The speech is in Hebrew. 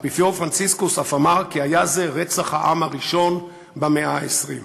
האפיפיור פרנציסקוס אף אמר כי היה זה רצח העם הראשון במאה ה-20.